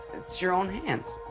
it's your own hands.